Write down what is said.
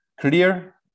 clear